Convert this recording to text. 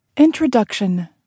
Introduction